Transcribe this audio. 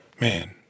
man